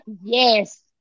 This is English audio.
Yes